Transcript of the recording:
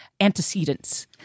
antecedents